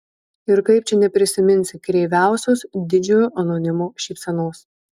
ir kaip čia neprisiminsi kreiviausios didžiojo anonimo šypsenos